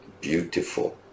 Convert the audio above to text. beautiful